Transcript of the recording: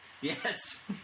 Yes